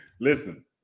listen